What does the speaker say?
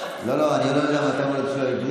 לא, אני לא יודע מתי יום ההולדת העברי שלו,